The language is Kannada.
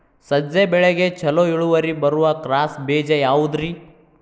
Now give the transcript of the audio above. ಸಜ್ಜೆ ಬೆಳೆಗೆ ಛಲೋ ಇಳುವರಿ ಬರುವ ಕ್ರಾಸ್ ಬೇಜ ಯಾವುದ್ರಿ?